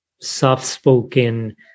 soft-spoken